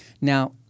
Now